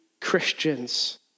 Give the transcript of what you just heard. Christians